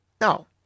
No